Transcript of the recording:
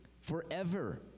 forever